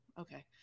Okay